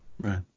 Right